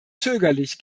zögerlich